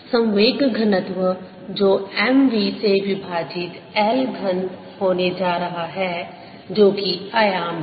SEnergyarea×timeMv2L2time संवेग घनत्व जो M v से विभाजित L घन होने जा रहा है जो कि आयाम है